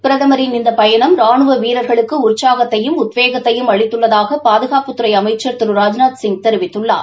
பிரதமின் இந்த பயணம் ரானுவ வீரர்களுக்கு உற்சாகத்தையும் உத்வேகத்தையும் அளித்துள்ளதாக பாதுகாப்புத்துறை அமைச்சா் திரு ராஜ்நாத் சிங் தெரிவித்துள்ளார்